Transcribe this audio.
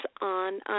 on